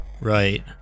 Right